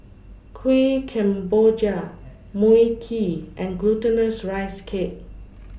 Kuih Kemboja Mui Kee and Glutinous Rice Cake